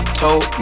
told